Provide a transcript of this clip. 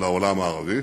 לעולם הערבי.